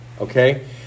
Okay